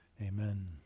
Amen